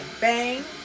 bang